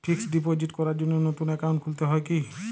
Fix deposit করার জন্য নতুন অ্যাকাউন্ট খুলতে হয় কী?